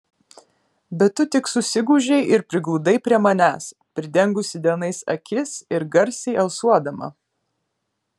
bet tu tik susigūžei ir prigludai prie manęs pridengusi delnais akis ir garsiai alsuodama